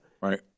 Right